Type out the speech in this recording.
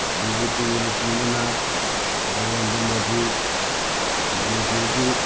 B J ꯄꯤꯒꯤ ꯂꯨꯆꯤꯡꯕꯅ Narendra Modi J D ꯌꯨꯒꯤ